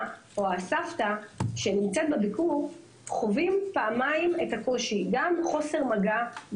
או הסבתא שנמצאים בביקור חווים פעמיים את הקושי: גם חוסר מגע,